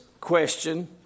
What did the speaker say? question